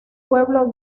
pueblo